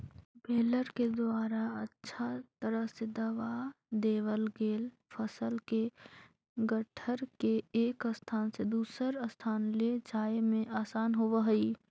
baler के द्वारा अच्छा तरह से दबा देवल गेल फसल के गट्ठर के एक स्थान से दूसर स्थान ले जाए में आसान होवऽ हई